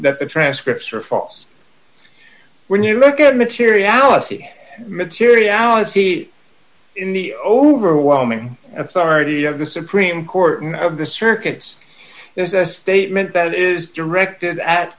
that the transcripts are false when you look at materiality materiality in the overwhelming authority of the supreme court of the circuits is a statement that is directed at